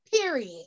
Period